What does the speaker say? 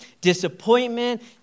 disappointment